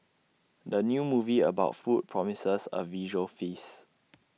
the new movie about food promises A visual feast